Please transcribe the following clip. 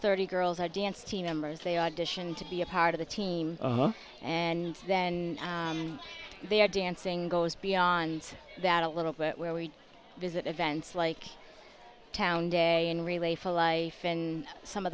thirty girls are dance team members they auditioned to be a part of the team and then they are dancing goes beyond that a little bit where we visit events like town day and relay for life and some of